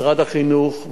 משרד החינוך,